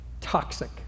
toxic